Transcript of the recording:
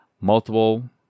multiple